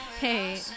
hey